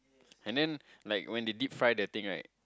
and then like when they deep fry the thing right